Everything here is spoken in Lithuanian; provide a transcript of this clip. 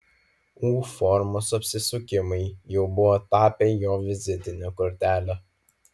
u formos apsisukimai jau buvo tapę jo vizitine kortele